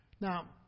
Now